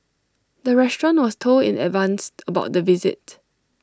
the restaurant was told in advance about the visit